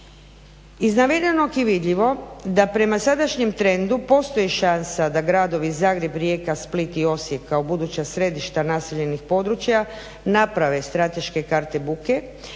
Iz navedenog je vidljivo da prema sadašnjem trendu postoji šansa da gradovi Zagreb, Rijeka, Split i Osijek kao buduća središta naseljenih područja naprave strateške karte buke